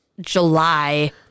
July